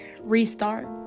Restart